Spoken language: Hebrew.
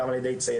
גם על ידי ציידים,